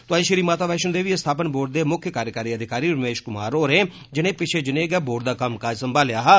तोआंई श्री माता वैश्णो देवी अस्थापन बोर्ड दे मुक्ख कार्यकारी अधिकारी रमेष कुमार होरें जिन्ने पिच्छे जनेह गै बोर्ड दा कम्म काज संभालेआ हा